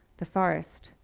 the forest.